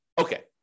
Okay